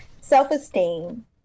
Self-esteem